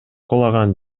кулаган